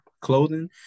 Clothing